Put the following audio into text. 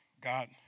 God